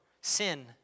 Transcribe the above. Sin